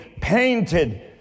painted